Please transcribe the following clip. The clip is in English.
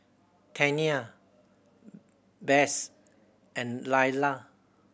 Tania Bess and Lyla